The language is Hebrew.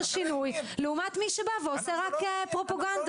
שינוי לעומת מי שבא ועושה רק פרופגנדות.